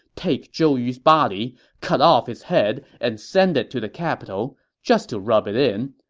take zhou yu's body, cut off his head and send it to the capital, just to rub it in.